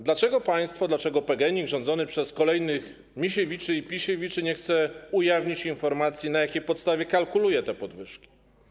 Dlaczego państwo, dlaczego PGNiG rządzone przez kolejnych Misiewiczy i Pisiewiczy nie chce ujawnić informacji, na jakiej podstawie kalkuluje te podwyżki?